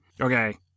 Okay